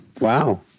Wow